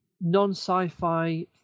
non-sci-fi